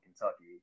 Kentucky